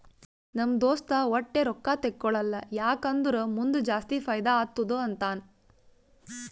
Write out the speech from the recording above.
ನಮ್ ದೋಸ್ತ ವಟ್ಟೆ ರೊಕ್ಕಾ ತೇಕೊಳಲ್ಲ ಯಾಕ್ ಅಂದುರ್ ಮುಂದ್ ಜಾಸ್ತಿ ಫೈದಾ ಆತ್ತುದ ಅಂತಾನ್